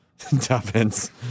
Duffins